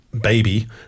baby